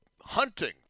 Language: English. hunting